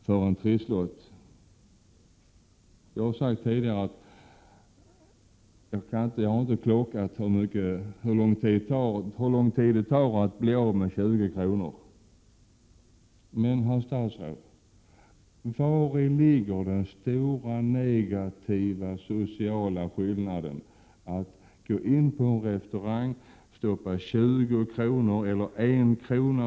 för en trisslott? Jag har inte ”klockat” hur lång tid det tar att bli av med 20 kr. Men, herr statsråd, vari ligger den stora negativa sociala skillnaden mellan att gå in på en restaurang och stoppa 1 kr.